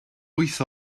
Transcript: wyth